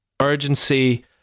urgency